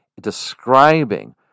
describing